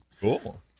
cool